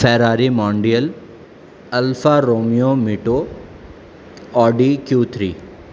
Ferrari model Alfa Romeo Mito Audi Q three